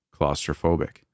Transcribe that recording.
claustrophobic